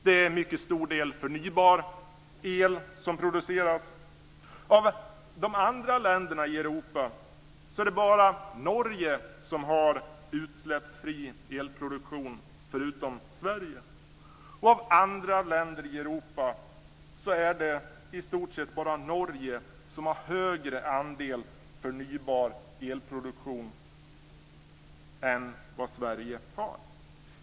Det är en mycket stor del förnybar el som produceras. Av de andra länderna i Europa är det bara Norge som har utsläppsfri elproduktion förutom Sverige. Av andra länder i Europa är det i stort sett bara Norge som har högre andel förnybar elproduktion än vad Sverige har.